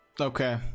okay